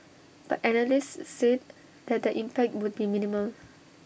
but analysts said that the impact would be minimal